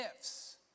ifs